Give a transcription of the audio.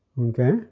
okay